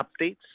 updates